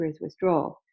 withdraw